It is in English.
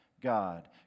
God